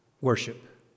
worship